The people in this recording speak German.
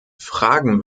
fragen